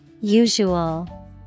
Usual